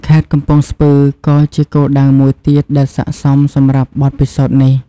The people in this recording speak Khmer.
ខេត្តកំពង់ស្ពឺ ក៏ជាគោលដៅមួយទៀតដែលស័ក្តិសមសម្រាប់បទពិសោធន៍នេះ។